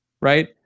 right